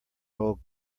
old